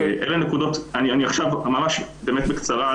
עכשיו באמת בקצרה,